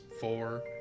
four